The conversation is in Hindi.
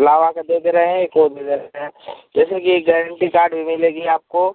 लावा का दे रहे हैं एक और भी दे रहे हैं जैसेकि यह एक गारंटी कार्ड भी मिलेगी आपको